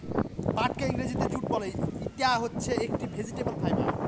পাটকে ইংরেজিতে জুট বলে, ইটা হচ্ছে একটি ভেজিটেবল ফাইবার